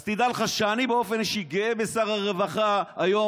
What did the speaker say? אז תדע לך שאני באופן אישי גאה בשר הרווחה היום,